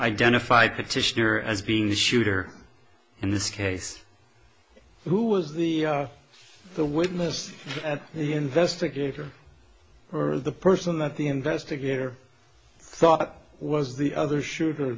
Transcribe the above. identified petitioner as being the shooter in this case who was the the witness at the investigator or the person that the investigator thought was the other